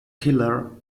killer